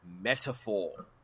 metaphor